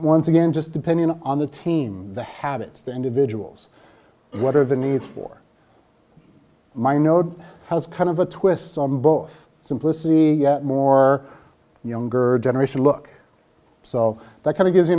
once again just depending on the team the habits the individuals what are the needs for my node has kind of a twist on both simplicity more younger generation look so that kind of gives you